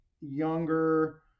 younger